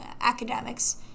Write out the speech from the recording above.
academics